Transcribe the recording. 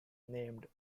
named